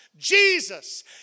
Jesus